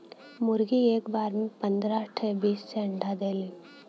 मुरगी एक बार में पन्दरह से बीस ठे अंडा देली